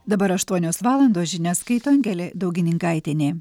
dabar aštuonios valandos žinias skaito angelė daugininkaitienė